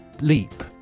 Leap